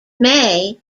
may